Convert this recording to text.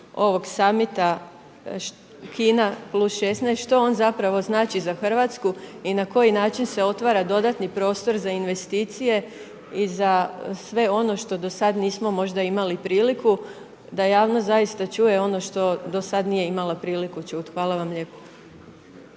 ovog samita Kina plus 16 što on zapravo znači za RH i na koji način se otvara dodatni prostor za investicije i za sve ono što do sad nismo možda imali priliku da javnost zaista čuje ono što do sad nije imala priliku čuti. Hvala vam lijepo.